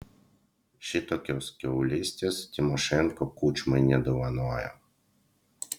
šitokios kiaulystės tymošenko kučmai nedovanojo